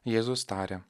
jėzus tarė